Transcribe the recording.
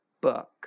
book